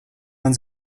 man